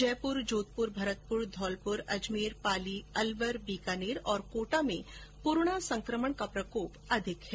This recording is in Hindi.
जयपूर जोधपूर भरतपूर धौलपूर अजमेर पाली अलवर बीकानेर और कोटा में कोरोना संक्रमण का प्रकोप अधिक है